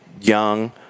young